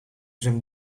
zijn